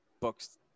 books